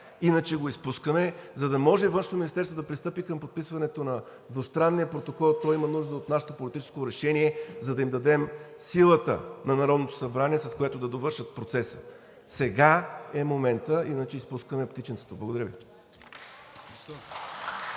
иначе го изпускаме. За да може Външно министерство да пристъпи към подписването на двустранния протокол, то има нужда от нашето политическо решение, за да дадем силата на Народното събрание, с която да довършат процеса. Сега е моментът, иначе изпускаме птиченцето. Благодаря Ви.